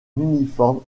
uniforme